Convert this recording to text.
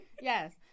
Yes